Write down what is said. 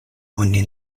oni